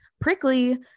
prickly